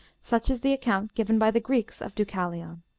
such is the account given by the greeks of deucalion.